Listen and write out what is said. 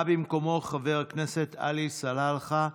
בא במקומו חבר הכנסת עלי סלאלחה,